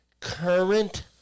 current